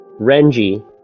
Renji